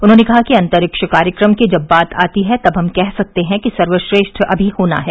उन्होंने कहा कि अंतरिक्ष कार्यक्रम की जब बात आती है तब हम कह सकते हैं कि सर्वश्रेष्ठ अमी होना है